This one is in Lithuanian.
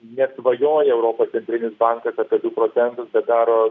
nesvajoja europos centrinis bankas apie du procentus bet daro